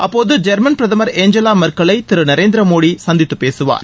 அப்போது ஜெர்மன்பிரதமர் ஏஞ்சலா மெர்க்கலை திரு நரேந்திர மோடி சந்தித்துப்பேசுவார்